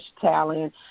talent